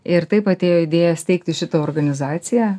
ir taip atėjo idėja steigti šitą organizaciją